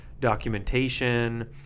Documentation